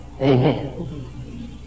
Amen